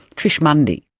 trish mundy.